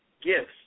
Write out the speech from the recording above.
gifts